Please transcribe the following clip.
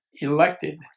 elected